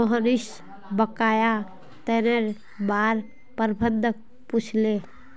मोहनीश बकाया ऋनेर बार प्रबंधक पूछले